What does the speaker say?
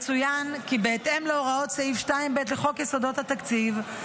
"יצוין כי בהתאם להוראות סעיף 2(ב) לחוק יסודות התקציב,